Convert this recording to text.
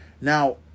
Now